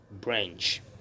branch